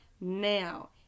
now